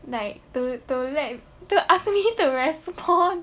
like to to let to ask me to respond